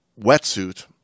wetsuit